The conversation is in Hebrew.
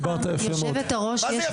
דיברת יפה מאוד.